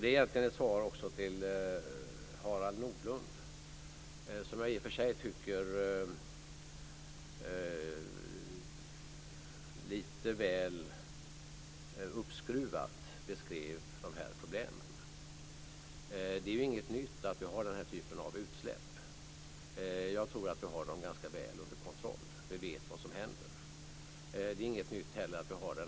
Det är egentligen ett svar till Harald Nordlund som jag i och för sig tycker lite väl uppskruvat beskrev dessa problem. Det är ju inget nytt att det förekommer den här typen av utsläpp. Jag tror att vi har dem ganska väl under kontroll. Vi vet vad som händer. Detta med askan är inte heller något nytt.